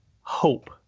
hope